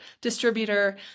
distributor